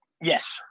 Yes